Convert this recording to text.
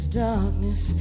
darkness